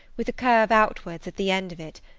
with a curve outwards at the end of it,